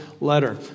letter